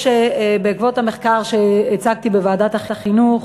בעקבות המחקר שהצגתי בוועדת החינוך,